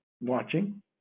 watching